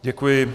Děkuji.